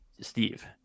Steve